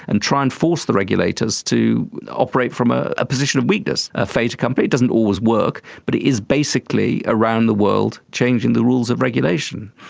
and try and force the regulators to operate from ah a position of weakness, a fait accompli. it doesn't always work but it is basically around the world changing the rules of regulation.